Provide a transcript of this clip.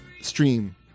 stream